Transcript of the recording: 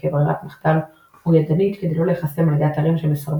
כברירת מחדל או ידנית כדי לא להיחסם על ידי אתרים שמסרבים